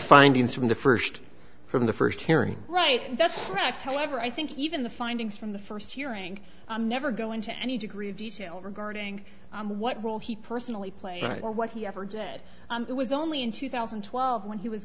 findings from the first from the first hearing right and that's correct however i think even the findings from the first hearing i'm never go into any degree of detail regarding what role he personally played but what he ever dead on it was only in two thousand and twelve when he was